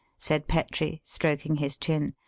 said petrie, stroking his chin.